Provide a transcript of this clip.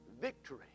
victory